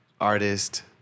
artist